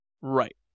Right